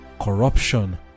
corruption